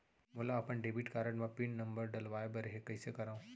मोला अपन debit card म पिन नंबर डलवाय बर हे कइसे करव?